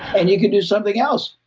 and you could do something else.